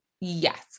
Yes